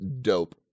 Dope